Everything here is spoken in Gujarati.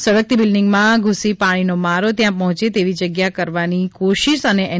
સળગતી બિલ્ડીંગ માં ધૂસી પાણી નો મારો ત્યાં પહોચે તેવી જગ્યા કરવા ની કોશિશ એન